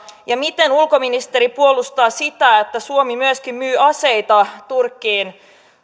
ja miten ulkoministeri puolustaa sitä että suomi myöskin myy aseita turkkiin